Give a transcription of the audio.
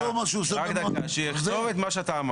שיכתוב מה --- שיכתוב את מה שאמרת.